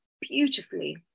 beautifully